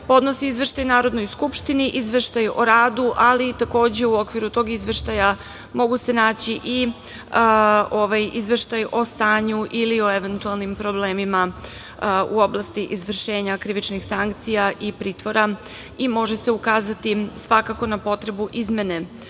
podnosi izveštaj Narodnoj skupštini, izveštaj o radu, ali takođe u okviru tog izveštaja mogu se naći i izveštaj o stanju ili o eventualnim problemima u oblasti izvršenja krivičnih sankcija i pritvora i može se ukazati svakako na potrebu izmene